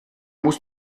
muss